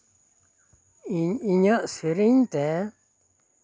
ᱤᱧ ᱤᱧᱟᱹᱜ ᱥᱮᱨᱮᱧ ᱛᱮ